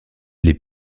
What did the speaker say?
les